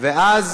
ואז